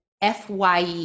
FYE